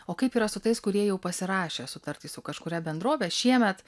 o kaip yra su tais kurie jau pasirašė sutartį su kažkuria bendrove šiemet